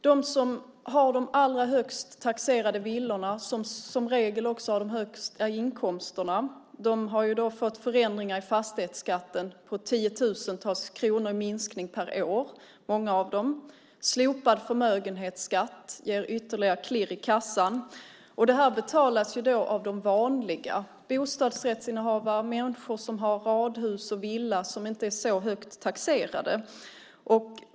De som har de allra högst taxerade villorna och som regel också har de högsta inkomsterna har fått förändringar i fastighetsskatten. Många av dem har fått en minskning på tiotusentals kronor per år. Slopad förmögenhetsskatt ger ytterligare klirr i kassan. Det här betalas av de vanliga människorna - bostadsrättsinnehavarna och människor som har radhus och villor som inte är så högt taxerade.